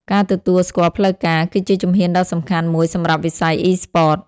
ការទទួលស្គាល់ផ្លូវការ គឺជាជំហានដ៏សំខាន់មួយសម្រាប់វិស័យអុីស្ព័ត។